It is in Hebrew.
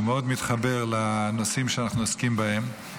זה מאוד מתחבר לנושאים שאנחנו עוסקים בהם.